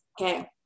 Okay